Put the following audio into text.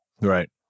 Right